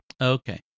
Okay